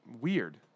weird